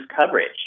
coverage